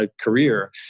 career